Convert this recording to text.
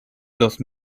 los